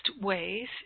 ways